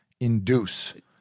induce